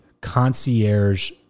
concierge